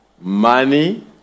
Money